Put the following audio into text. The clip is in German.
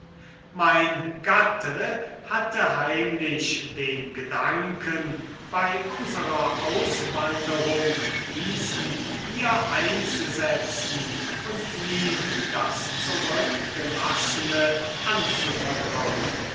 mein gatte hatte heimlich den gedanken bei unserer auswanderung diesen hier einzusetzen und ihm das zurückgelassene anzuvertrauen